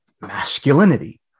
masculinity